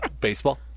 Baseball